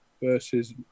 Versus